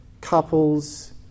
couples